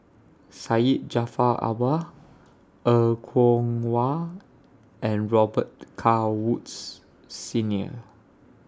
Syed Jaafar Albar Er Kwong Wah and Robet Carr Woods Senior